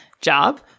job